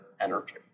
energy